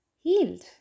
healed